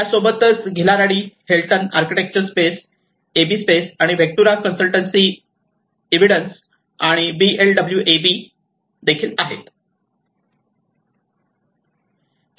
त्यासोबतच Hillaradi Hellsten Hillaradi Hellsten architecture space AB space आणि Vectura consultancy and evidence आणि BLW AB आहे